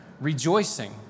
rejoicing